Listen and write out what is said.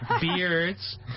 Beards